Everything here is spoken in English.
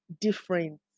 different